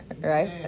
Right